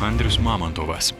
andrius mamontovas